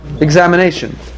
examination